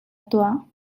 tuah